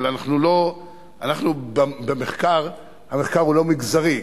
אבל המחקר הוא לא מגזרי,